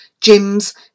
gyms